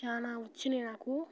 చానా వచ్చినాయి నాకు